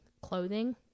clothing